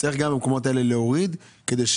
צריך גם במקומות האלה להוריד את המחיר